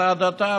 על ההדתה.